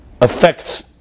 affects